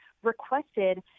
requested